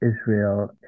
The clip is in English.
Israel